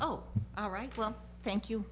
oh all right well thank you